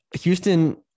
Houston